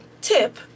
Tip